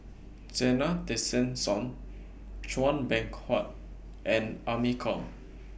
Zena Tessensohn Chua Beng Huat and Amy Khor